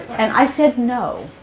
and i said, no.